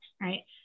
right